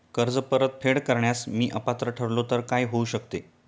कर्ज परतफेड करण्यास मी अपात्र ठरलो तर काय होऊ शकते?